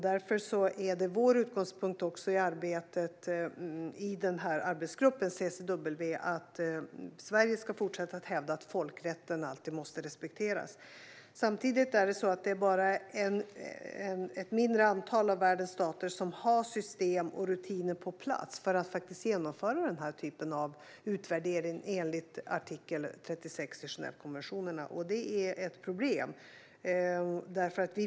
Därför är det vår utgångspunkt i arbetet i CCW att Sverige ska fortsätta hävda att folkrätten alltid måste respekteras. Samtidigt är det bara ett mindre antal av världens stater som har system och rutiner på plats för att faktiskt genomföra den här typen av utvärdering enligt artikel 36 i Genèvekonventionen, och det är ett problem.